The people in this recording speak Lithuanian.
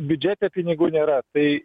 biudžete pinigų nėra tai